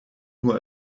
nur